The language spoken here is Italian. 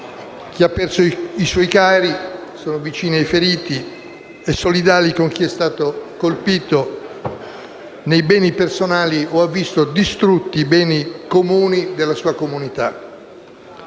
chi ha perso i suoi cari, sono vicini ai feriti e solidali con chi è stato colpito nei beni personali o ha visto distrutti i beni comuni della sua comunità.